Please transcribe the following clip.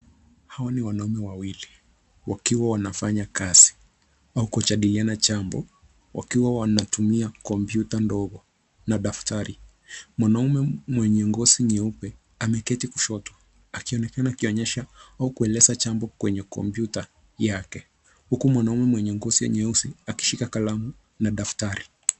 Hawa ni wanaume wawili wakiwa wanafanya kazi au kujadiliana jambo, wakiwa wanatumia kompyuta ndogo na daftari. Mwanaume mwenye ngozi nyeupe ameketi kushoto, akionekana akionyesha au kueleza jambo kwenye kompyuta yake, huku mwanaume mwenye ngozi nyeusi akishika kalamu na daftari.